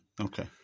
okay